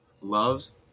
loves